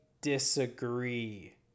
disagree